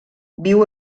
viu